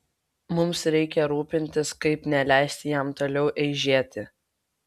mums reikia rūpintis kaip neleisti jam toliau eižėti